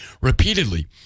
repeatedly